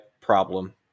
problem